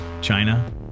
China